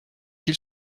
ils